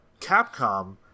Capcom